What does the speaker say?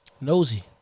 Nosy